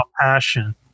passion